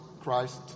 Christ